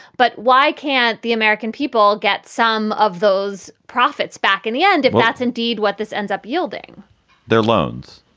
but why can't the american people get some of those profits back in the end, if that's indeed what this ends up yielding their loans?